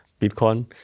Bitcoin